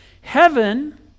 Heaven